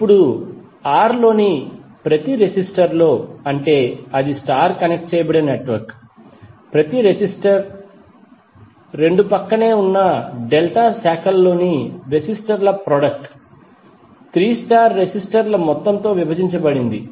ఇప్పుడు R లోని ప్రతి రెసిస్టర్ లో అంటే అది స్టార్ కనెక్ట్ చేయబడిన నెట్వర్క్ ప్రతి రెసిస్టర్ 2 ప్రక్కనే ఉన్న డెల్టా బ్రాంచ్ లలోని రెసిస్టర్ ల ప్రొడక్ట్ 3 స్టార్ రెసిస్టర్ ల మొత్తంతో విభజించబడింది